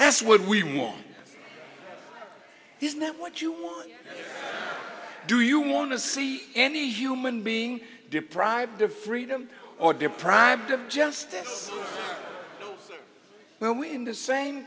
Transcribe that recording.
that's what we want is that what you do you want to see any human being deprived of freedom or deprived of just well in the same